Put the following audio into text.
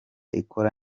ikora